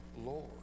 Lord